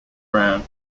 brown